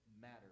matter